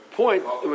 point